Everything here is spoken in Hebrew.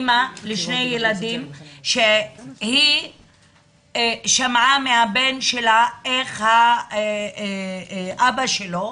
אימא לשני ילדים שהיא שמעה מהבן שלה איך האבא שלו,